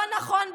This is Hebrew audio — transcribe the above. לא נכון בעיניי",